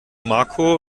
marco